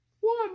One